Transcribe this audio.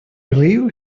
believe